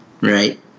right